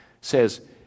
says